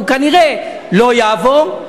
והוא כנראה לא יעבור,